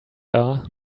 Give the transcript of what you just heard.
are